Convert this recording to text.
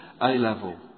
A-level